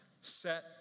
set